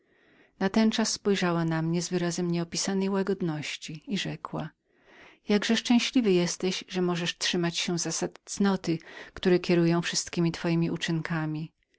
natenczas spojrzała na mnie z wyrazem nieopisanej łagodności i rzekła jakże szczęśliwym jesteś że możesz trzymać się zasad cnoty które kierują wszystkiemi twojemi uczynkami